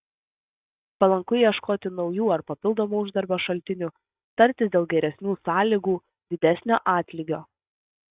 palanku ieškoti naujų ar papildomų uždarbio šaltinių tartis dėl geresnių sąlygų didesnio atlygio